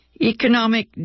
Economic